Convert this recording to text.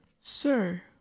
Sir